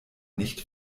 nicht